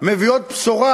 מביאות בשורה,